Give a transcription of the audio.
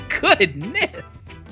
Goodness